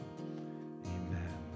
Amen